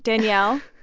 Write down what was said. danielle.